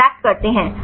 interact करते हैं